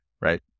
right